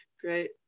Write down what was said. Great